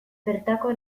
bertako